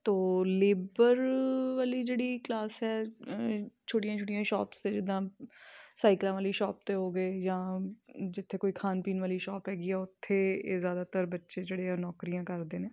ਤੋ ਲੇਬਰ ਵਾਲੀ ਜਿਹੜੀ ਕਲਾਸ ਹੈ ਛੋਟੀਆਂ ਛੋਟੀਆਂ ਸ਼ੋਪਸ ਜਿੱਦਾਂ ਸਾਈਕਲਾਂ ਵਾਲੀ ਸ਼ੋਪ 'ਤੇ ਹੋ ਗਏ ਜਾਂ ਜਿੱਥੇ ਕੋਈ ਖਾਣ ਪੀਣ ਵਾਲੀ ਸ਼ੋਪ ਹੈਗੀ ਆ ਉੱਥੇ ਇਹ ਜ਼ਿਆਦਾਤਰ ਬੱਚੇ ਜਿਹੜੇ ਆ ਨੌਕਰੀਆਂ ਕਰਦੇ ਨੇ